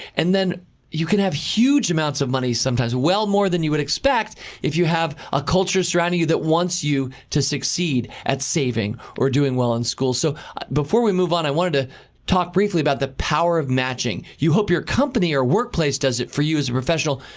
and then you can have huge amounts of money sometimes well more than you would expect if you have a culture surrounding you that wants you to succeed at saving or doing well in school. so before we move on, i want to talk briefly about the power of matching. you hope your company or workplace does it for you as a professional.